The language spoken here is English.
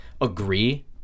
agree